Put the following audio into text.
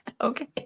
Okay